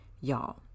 y'all